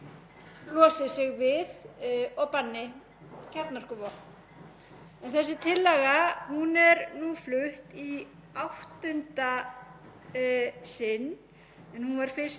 sinn en hún var fyrst lögð fram á 147. löggjafarþingi. Greinargerðin hefur